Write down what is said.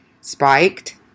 spiked